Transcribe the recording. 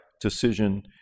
decision